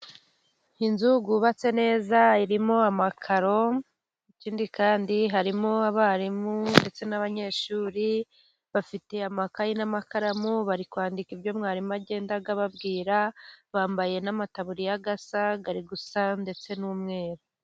Inzu yubatse neza, irimo amakaro, ikindi kandi harimo abarimu, ndetse n'abanyeshuri bafite amakayayi n'amakaramu, bari kwandika, ibyo mwarimu agenda ababwira, bambaye n'amataburiya ari gusa ndetse n'umweru.